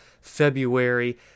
February